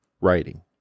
writing